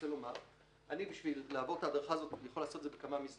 כדי לעבור את ההדרכה אפשר לעשות את זה בכמה מסגרות,